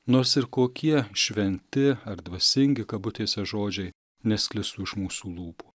nors ir kokie šventi ar dvasingi kabutėse žodžiai nesklistų iš mūsų lūpų